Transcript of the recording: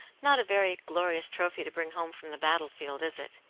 not a very glorious trophy to bring home from the battle-field, is it?